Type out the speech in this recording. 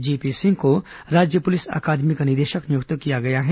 GP Singh को राज्य पुलिस अकादमी का निदेशक नियुक्त किया गया है